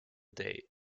day